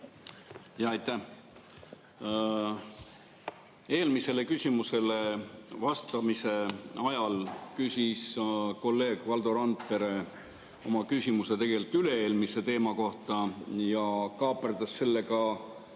Aitäh! Eelmisele küsimusele vastamise ajal küsis kolleeg Valdo Randpere oma küsimuse tegelikult üle-eelmise teema kohta ja kaaperdas sellega